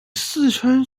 四川